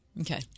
Okay